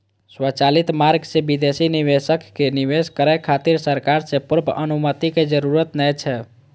स्वचालित मार्ग सं विदेशी निवेशक कें निवेश करै खातिर सरकार सं पूर्व अनुमति के जरूरत नै छै